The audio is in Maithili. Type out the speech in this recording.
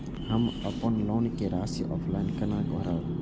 हम अपन लोन के राशि ऑफलाइन केना भरब?